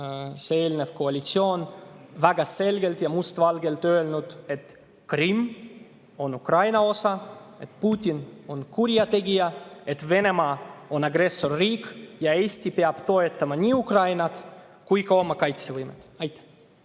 see eelnev koalitsioon –, väga selgelt ja mustvalgelt öelnud, et Krimm on Ukraina osa, et Putin on kurjategija, et Venemaa on agressorriik ja et Eesti peab toetama nii Ukrainat kui ka oma kaitsevõimet. Aitäh,